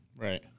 Right